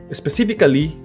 specifically